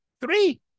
Three